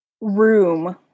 room